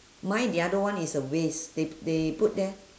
mine the other one is a waste they they put there